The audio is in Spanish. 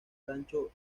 rancho